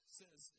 says